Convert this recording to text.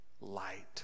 light